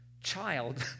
child